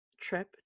trip